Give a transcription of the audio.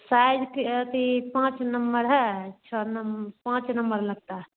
size अथी पाँच number है छः पाँच नंबर लगता है